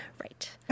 Right